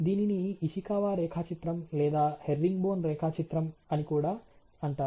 దీనిని ఇషికావా రేఖాచిత్రం లేదా హెరింగ్బోన్ రేఖాచిత్రం అని కూడా అంటారు